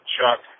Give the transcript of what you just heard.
Chuck